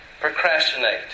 procrastinate